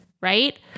Right